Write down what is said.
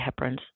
heparins